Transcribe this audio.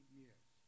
years